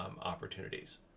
opportunities